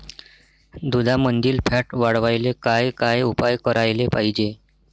दुधामंदील फॅट वाढवायले काय काय उपाय करायले पाहिजे?